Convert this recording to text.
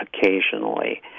occasionally